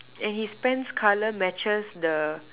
and his pants colour matches the